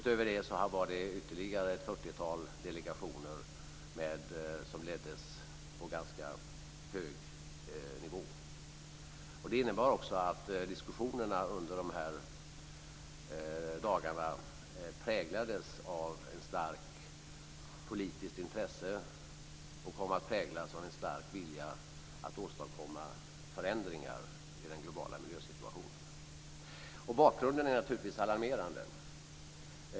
Utöver det var det ytterligare ett fyrtiotal delegationer som leddes på ganska hög nivå. Det innebar också att diskussionerna under dessa dagar präglades av ett starkt politiskt intresse och av en stark vilja att åstadkomma förändringar i den globala miljösituationen. Bakgrunden är naturligtvis alarmerande.